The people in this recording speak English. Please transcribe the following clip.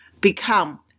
become